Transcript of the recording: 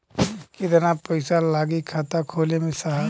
कितना पइसा लागि खाता खोले में साहब?